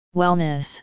wellness